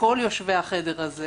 לכל יושבי החדר הזה